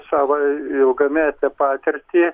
savo ilgametę patirtį